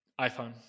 iPhone